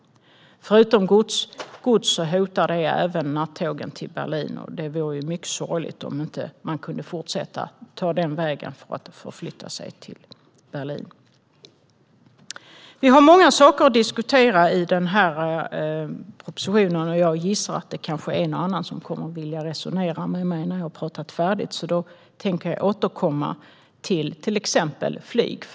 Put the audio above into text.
Det hotar, förutom godset, även nattågen till Berlin. Det vore mycket sorgligt om vi inte skulle kunna fortsätta förflytta oss till Berlin den vägen. Vi har många saker i den här propositionen att diskutera. Jag gissar att en och annan kanske kommer att vilja resonera med mig när jag har talat färdigt. Då tänker jag återkomma till exempelvis flyget.